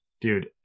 dude